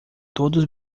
todos